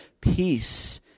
peace